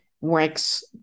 works